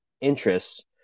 interests